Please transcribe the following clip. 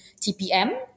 TPM